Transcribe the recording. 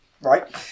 Right